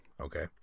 okay